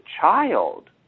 child